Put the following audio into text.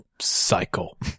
cycle